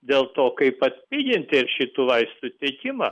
dėl to kaip atpiginti šitų vaistų tiekimą